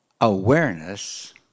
awareness